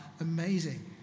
amazing